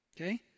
Okay